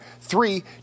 three